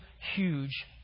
huge